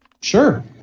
Sure